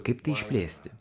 kaip išplėsti